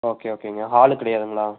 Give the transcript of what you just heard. okay ஓகேங்க hall கிடையாதுங்குளா